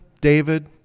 David